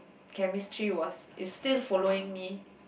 chemistry was is still following me